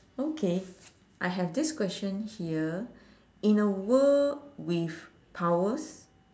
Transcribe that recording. okay I have this question here in a world with powers